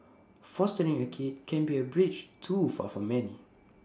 fostering A kid can be A bridge too far for many